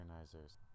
organizers